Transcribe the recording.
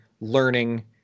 learning